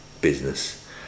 business